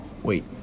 Wait